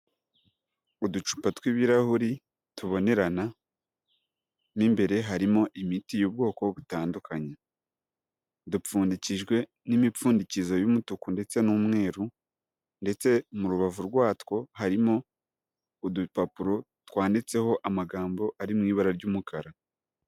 Uducupa tw'ibirahuri tubonerana, mo imbere harimo imiti y'ubwoko butandukanye. Dupfundikijwe n'imipfundikizo y'umutuku ndetse n'umweru, ndetse mu rubavu rwatwo harimo udupapuro twanditseho amagambo ari mu ibara ry'umukara.